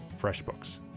FreshBooks